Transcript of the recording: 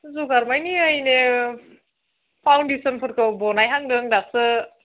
जगार माने ओइनै फावन्देस'नफोरखौ बानायहांदों दासो